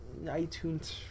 iTunes